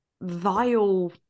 vile